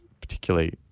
particularly